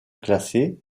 classés